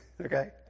Okay